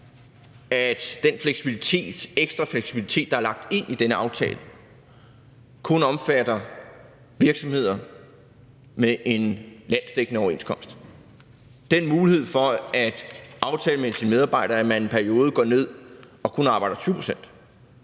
at den ekstra fleksibilitet, der er lagt ind i denne aftale, kun omfatter virksomheder med en landsdækkende overenskomst. Den mulighed for at aftale med sine medarbejdere, at man i en periode går ned og kun arbejder 20 pct.